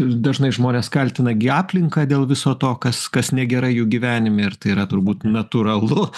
dažnai žmonės kaltina gi aplinką dėl viso to kas kas negerai jų gyvenime ir tai yra turbūt natūralu